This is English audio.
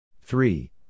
Three